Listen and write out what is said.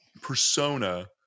persona